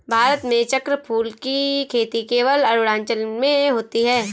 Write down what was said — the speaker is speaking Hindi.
भारत में चक्रफूल की खेती केवल अरुणाचल में होती है